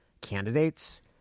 candidates